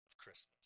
Christmas